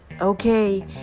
Okay